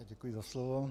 Děkuji za slovo.